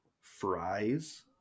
fries